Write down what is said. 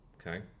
Okay